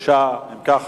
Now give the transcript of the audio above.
6. אם כך,